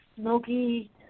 smoky